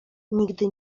nigdy